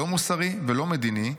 לא מוסרי ולא מדיני,